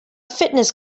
fitness